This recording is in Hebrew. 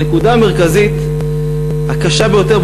הנקודה המרכזית הקשה ביותר,